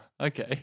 okay